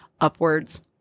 upwards